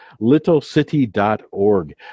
littlecity.org